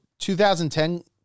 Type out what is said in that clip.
2010